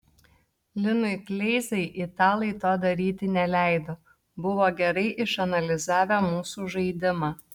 linui kleizai italai to daryti neleido buvo gerai išanalizavę mūsų žaidimą